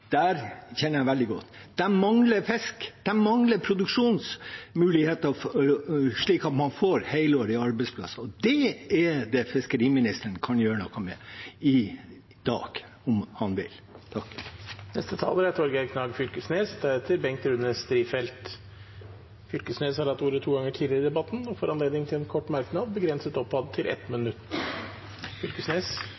jeg kjenner veldig godt, mangler fisk, de mangler produksjonsmuligheter slik at man får helårige arbeidsplasser. Det er det fiskeriministeren kan gjøre noe med i dag om han vil. Representanten Torgeir Knag Fylkesnes har hatt ordet to ganger tidligere og får ordet til en kort merknad, begrenset til